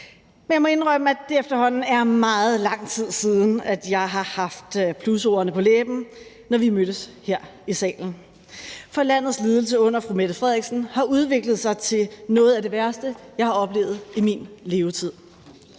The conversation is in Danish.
Men jeg må indrømme, at det efterhånden er meget lang tid siden, jeg har haft plusordene på læben, når vi har mødtes her i salen. For landets ledelse under fru Mette Frederiksen har udviklet sig til noget af det værste, jeg har oplevet i min levetid.